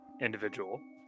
individual